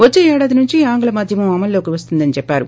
వచ్చే ఏడాది నుంచి ఆంగ్ల మాధ్యమం అమలులోకి వస్తుందని చెప్పారు